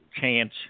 chance